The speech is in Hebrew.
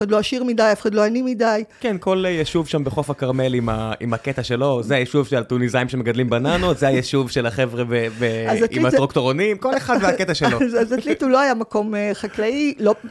אף אחד לא עשיר מדי, אף אחד לא עני מדי. כן, כל יישוב שם בחוף הכרמל עם הקטע שלו, זה היישוב של הטוניסאים שמגדלים בננות, זה היישוב של החבר'ה עם הטרקטורונים, כל אחד והקטע שלו. אז תליטו, לא היה מקום חקלאי? לא.